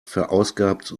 verausgabt